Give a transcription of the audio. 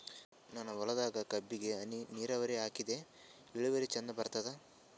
ನನ್ನ ಹೊಲದಾಗ ಕಬ್ಬಿಗಿ ಹನಿ ನಿರಾವರಿಹಾಕಿದೆ ಇಳುವರಿ ಚಂದ ಬರತ್ತಾದ?